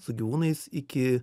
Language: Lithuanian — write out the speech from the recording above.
su gyvūnais iki